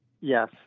yes